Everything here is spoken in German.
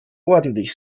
ordentlich